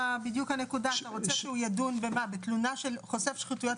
אתה רוצה שהוא ידון בתלונה של חושף שחיתויות?